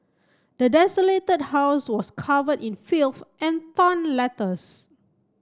the desolated house was cover in filth and torn letters